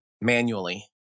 manually